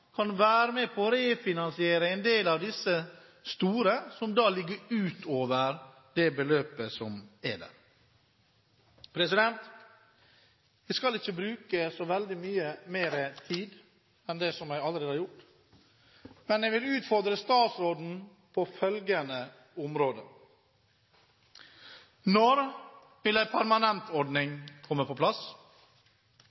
kan være med på å refinansiere en del av disse store som da går utover det beløpet som er der. Jeg skal ikke bruke så veldig mye mer tid enn jeg allerede har gjort, men jeg vil utfordre statsråden på følgende område: Når vil en permanent ordning